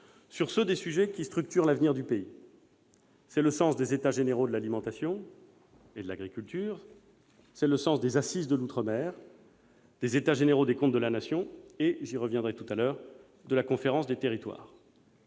sur ceux des sujets qui structurent l'avenir du pays. C'est le sens des États généraux de l'alimentation et de l'agriculture, des assises de l'outre-mer, des États généraux des comptes de la Nation et, j'y reviendrai, de la Conférence nationale des territoires.